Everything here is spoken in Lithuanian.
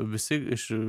visi iš